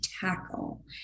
tackle